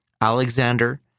Alexander